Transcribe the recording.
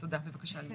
תודה בבקשה לימור.